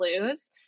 lose